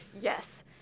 Yes